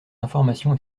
informations